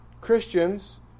Christians